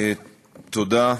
תודה,